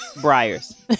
Briars